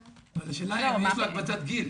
השאלה אם יש לו הקפצת גיל.